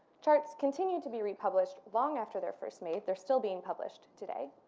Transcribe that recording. charts continue to be republished long after their first made they're still being published today.